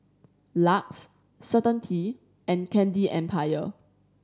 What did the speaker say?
LUX Certainty and Candy Empire